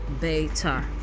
better